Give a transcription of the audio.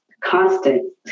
constant